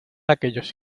aquellos